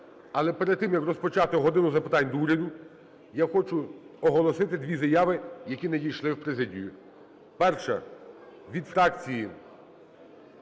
Але перед тим, як розпочати "годину запитань до Уряду", я хочу оголосити дві заяви, які надійшли в президію: перша – від фракції